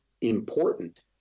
important